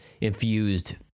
infused